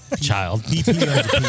child